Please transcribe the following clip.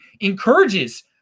encourages